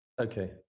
Okay